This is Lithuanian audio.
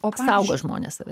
apsaugo žmonės save